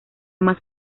más